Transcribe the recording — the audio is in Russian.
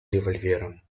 револьвером